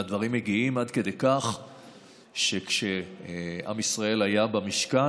והדברים מגיעים עד כדי כך שכשעם ישראל היה במשכן,